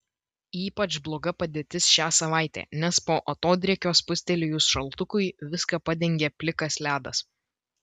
ypač bloga padėtis šią savaitę nes po atodrėkio spustelėjus šaltukui viską padengė plikas ledas